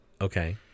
Okay